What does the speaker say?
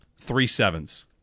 three-sevens